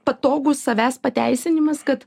patogūs savęs pateisinimas kad